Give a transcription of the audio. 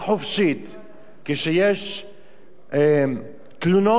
כשיש תלונות רבות,